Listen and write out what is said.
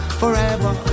forever